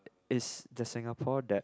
is the Singapore that